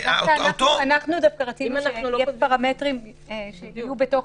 אנחנו דווקא רצינו שיהיו פרמטרים בתוך